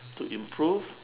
to improve